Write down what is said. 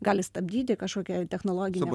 gali stabdyti kažkokią technologinę